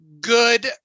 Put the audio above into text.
good